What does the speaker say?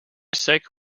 sake